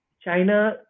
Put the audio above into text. China